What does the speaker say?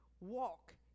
walk